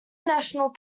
national